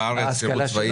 שם הם עוברים